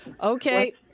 Okay